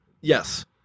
Yes